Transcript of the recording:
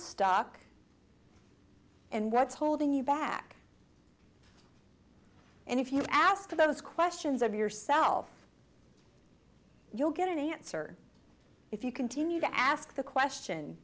stuck and what's holding you back and if you ask those questions of yourself you'll get an answer if you continue to ask the question